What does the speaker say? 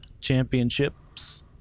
championships